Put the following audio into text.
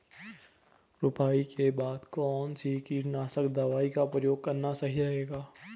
रुपाई के बाद कौन सी कीटनाशक दवाई का प्रयोग करना सही रहेगा?